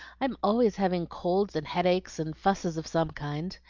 i'm always having colds and headaches, and fusses of some kind.